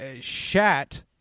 shat